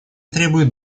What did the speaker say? требует